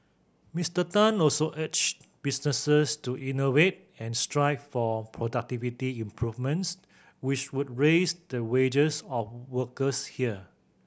Mister Tan also urged businesses to innovate and strive for productivity improvements which would raise the wages of workers here